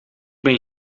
ben